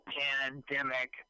pandemic